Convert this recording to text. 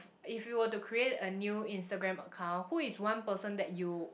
if you were to create a new Instagram account who is one person that you